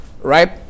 right